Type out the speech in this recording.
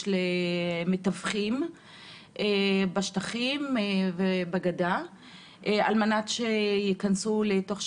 למתווכים בשטחים ובגדה על מנת להיכנס לישראל לעבוד.